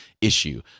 issue